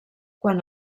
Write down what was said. quan